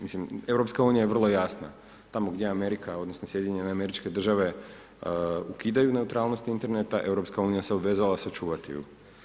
Mislim EU je vrlo jasna, tamo gdje Amerika, odnosno SAD ukidaju neutralnost interneta, EU se obvezala se sačuvati ju.